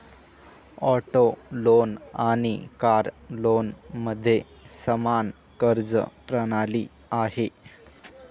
auto loan आणि car लोनमध्ये समान कर्ज प्रणाली आहे